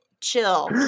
chill